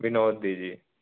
ਵਿਨੋਦ ਦੀ ਜੀ